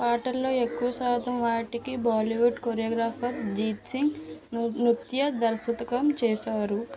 పాటల్లో ఎక్కువ శాతం వాటికి బాలీవుడ్ కొరియోగ్రాఫర్ జీత్ సింగ్ నృత్య దర్శకత్వం చేశారు